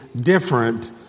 different